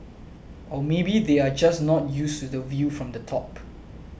or maybe they are just not used to the view from the top